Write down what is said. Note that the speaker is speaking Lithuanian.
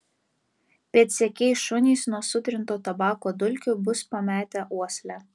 pėdsekiai šunys nuo sutrinto tabako dulkių bus pametę uoslę